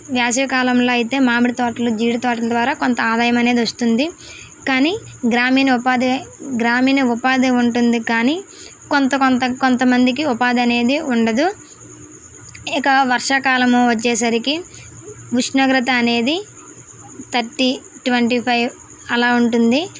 వేసవికాలంలో అయితే మామిడి తోటలు జీడి తోటల ద్వారా కొంత ఆదాయం అనేది వస్తుంది కానీ గ్రామీణ ఉపాధి గ్రామీణ ఉపాధి ఉంటుంది కానీ కొంత కొంత కొంతమందికి ఉపాధి అనేది ఉండదు ఇక వర్షాకాలము వచ్చేసరికి ఉష్ణోగ్రత అనేది థర్టీ ట్వంటీ ఫైవ్ అలా ఉంటుంది